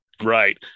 Right